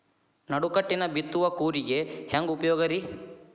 ನಡುಕಟ್ಟಿನ ಬಿತ್ತುವ ಕೂರಿಗೆ ಹೆಂಗ್ ಉಪಯೋಗ ರಿ?